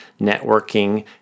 networking